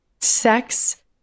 sex